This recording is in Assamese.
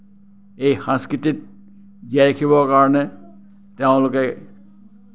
এই সংস্কৃতিক জীয়াই ৰাখিবৰ কাৰণে তেওঁলোকে